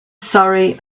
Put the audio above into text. surrey